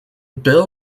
bill